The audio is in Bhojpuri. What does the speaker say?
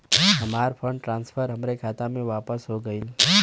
हमार फंड ट्रांसफर हमरे खाता मे वापस हो गईल